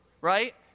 right